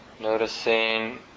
noticing